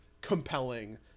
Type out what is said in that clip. compelling